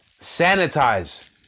sanitize